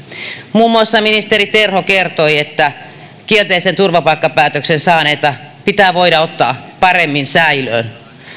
muun muassa ministeri terho kertoi että kielteisen turvapaikkapäätöksen saaneita pitää voida ottaa paremmin säilöön